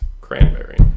Cranberry